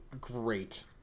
great